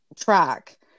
track